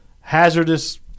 hazardous